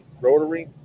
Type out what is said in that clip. rotary